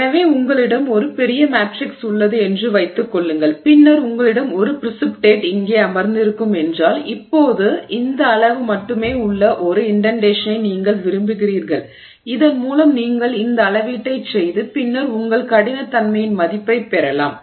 எனவே உங்களிடம் ஒரு பெரிய மேட்ரிக்ஸ் உள்ளது என்று வைத்துக் கொள்ளுங்கள் பின்னர் உங்களிடம் ஒரு ப்ரிசிபிடேட் இங்கே அமர்ந்திருக்கும் என்றால் இப்போது இந்த அளவு மட்டுமே உள்ள ஒரு இன்டென்டேஷனை நீங்கள் விரும்புகிறீர்கள் இதன் மூலம் நீங்கள் இந்த அளவீட்டைச் செய்து பின்னர் உங்கள் கடினத்தன்மையின் மதிப்பைப் பெறலாம்